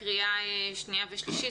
ברשותכם אני פותחת את דיון הוועדה בנושא הצעת